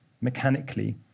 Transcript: mechanically